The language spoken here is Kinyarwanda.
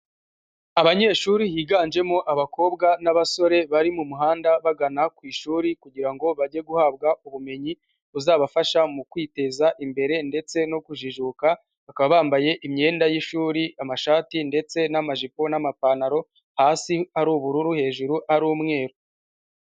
Abanyeshuri biganjemo abakobwa n'abasore bari mu muhanda bagana ku ishuri kugira ngo bajye guhabwa ubumenyi buzabafasha mu kwiteza imbere ndetse no kujijuka, bakaba bambaye imyenda y'ishuri amashati ndetse n'amajipo n'amapantaro, hasi ari ubururu hejuru ari umweru.